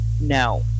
No